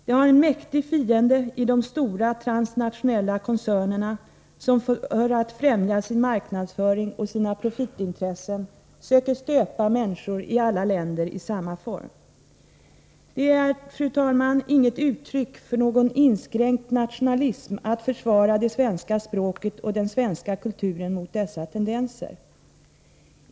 Det har en mäktig fiende i de stora transnationella koncernerna som för att främja sin marknadsföring och sina profitintressen söker stöpa människor i alla länder i samma form.” Det är, fru talman, inget uttryck för någon inskränkt nationalism att försvara det svenska språket och den svenska kulturen mot dessa tendenser.